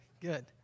good